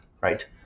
Right